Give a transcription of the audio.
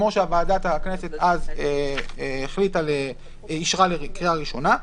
כמו שוועדת הכנסת אישרה אז לקריאה ראשונה.